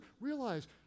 Realize